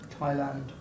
Thailand